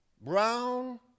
brown